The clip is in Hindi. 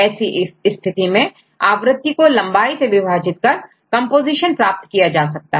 ऐसी स्थिति में आवृत्ति को लंबाई से विभाजित कर संगठनCOMPOSITIONप्राप्त किया जा सकता है